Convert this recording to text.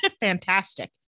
fantastic